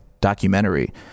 documentary